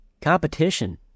Competition